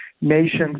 nations